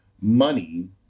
money